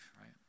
right